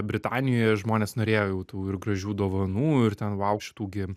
britanijoje žmonės norėjo jau tų ir gražių dovanų ir ten vau šitų gi